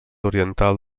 oriental